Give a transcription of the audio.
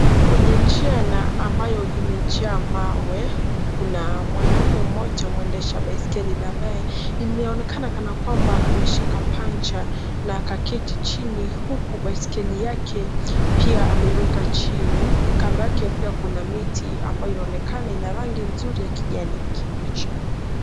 Kwenye njia na ambayo imejaa mawe. Kuna mwanaume mmoja mwendesha baiskeli na ambaye inaonekana kana kwamba ameshika panja na akaketi chini, huku baiskeli yake pia ameiweka Chini , kando yake pia kuna miti ambayo inaonekana ina rangi nzuri ya kijani kibichi.